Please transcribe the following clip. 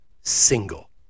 single